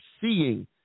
Seeing